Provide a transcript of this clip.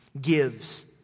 gives